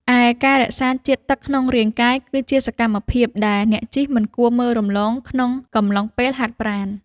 ឯការរក្សាជាតិទឹកក្នុងរាងកាយ គឺជាសកម្មភាពដែលអ្នកជិះមិនគួរមើលរំលងក្នុងកំឡុងពេលហាត់ប្រាណ។